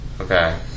Okay